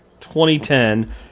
2010